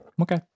Okay